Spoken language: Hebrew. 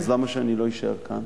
אז למה שאני לא אשאר כאן?